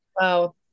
wow